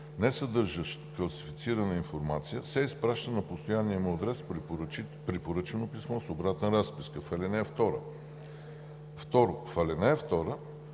несъдържащ класифицирана информация, се изпраща на постоянния му адрес с препоръчано писмо с обратна разписка.“ 2.